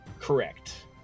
Correct